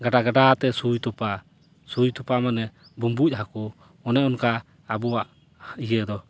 ᱜᱟᱰᱟ ᱜᱟᱰᱟᱛᱮ ᱥᱩᱭ ᱛᱚᱯᱟ ᱥᱩᱭ ᱛᱚᱯᱟ ᱢᱟᱱᱮ ᱵᱩᱸᱵᱩᱡ ᱦᱟᱹᱠᱩ ᱚᱱᱮ ᱚᱱᱠᱟ ᱟᱵᱚᱣᱟᱜ ᱤᱭᱟᱹ ᱫᱚ